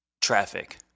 traffic